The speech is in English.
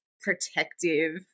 protective